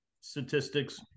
statistics